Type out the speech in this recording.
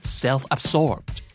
self-absorbed